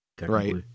Right